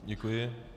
Děkuji.